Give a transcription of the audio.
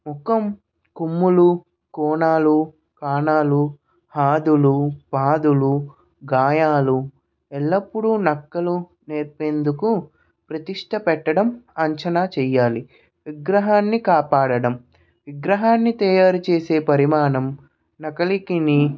ముఖం కొమ్ములు కోణాలు కానాలు ఆదులు పాదులు గాయాలు ఎల్లప్పుడు నక్కలు నేర్పేందుకు ప్రతిష్ట పెట్టడం అంచనా చేయాలి విగ్రహాన్ని కాపాడడం విగ్రహాన్ని తయారు చేసే పరిమాణం నకిలికిని